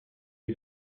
you